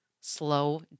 Slow